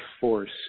force